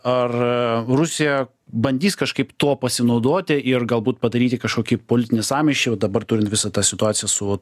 ar rusija bandys kažkaip tuo pasinaudoti ir galbūt padaryti kažkokį politinį sąmyšį o dabar turint visą tą situacija su